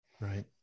Right